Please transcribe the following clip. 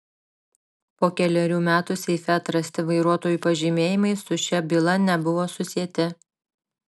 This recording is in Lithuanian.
po kelerių metų seife atrasti vairuotojų pažymėjimai su šia byla nebuvo susieti